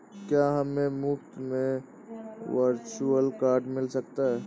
क्या हमें मुफ़्त में वर्चुअल कार्ड मिल सकता है?